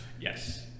Yes